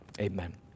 Amen